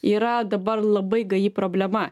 yra dabar labai gaji problema